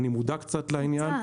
אני מודע קצת לעניין.